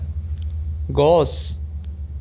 গছ